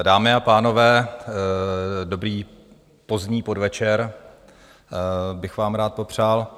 Dámy a pánové, dobrý pozdní podvečer bych vám rád popřál.